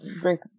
drink